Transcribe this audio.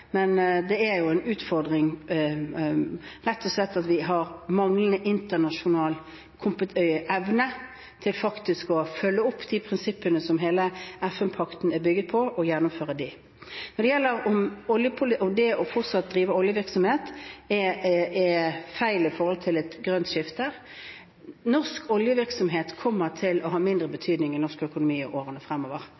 Det er en utfordring, rett og slett, at det er manglende internasjonal evne til å følge opp de prinsippene som hele FN-pakten er bygget på, og å gjennomføre dem. Om det fortsatt å drive oljevirksomhet er feil med hensyn til et grønt skifte: Norsk oljevirksomhet kommer til å ha mindre betydning i norsk økonomi i årene fremover.